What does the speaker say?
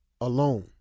alone